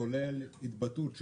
כולל התבטאות שלי,